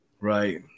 right